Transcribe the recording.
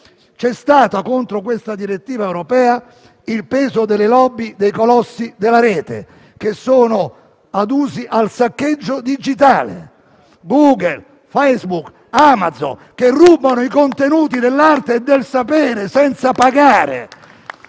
varata. Contro questa direttiva europea c'è stato il peso delle *lobby* dei colossi della rete, adusi al saccheggio digitale: Google, Facebook, Amazon rubano i contenuti dell'arte e del sapere senza pagare